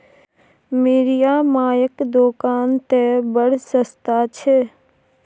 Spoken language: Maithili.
मिरिया मायक दोकान तए बड़ सस्ता छै